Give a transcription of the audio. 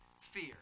fear